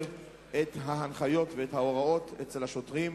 ואולי כדאי לרענן יותר את ההנחיות ואת ההוראות אצל השוטרים.